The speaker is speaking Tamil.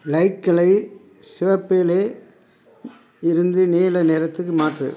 லைட்டுகளை சிவப்பில் இருந்து நீல நிறத்துக்கு மாற்று